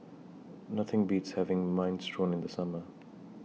Nothing Beats having Minestrone in The Summer